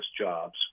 jobs